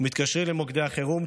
מתקשרים למוקדי החירום,